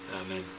Amen